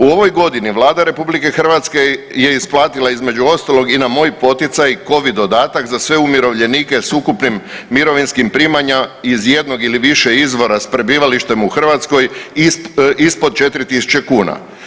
U ovoj godini Vlada RH je isplatila između ostalog i na moj poticaj Covid dodatak za sve umirovljenike s ukupnim mirovinskim primanjima iz jednog ili više izvora s prebivalištem u Hrvatskoj ispod 4.000 kuna.